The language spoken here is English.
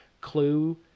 clue